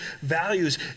values